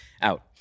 out